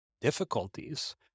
difficulties